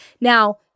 Now